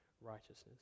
righteousness